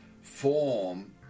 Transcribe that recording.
form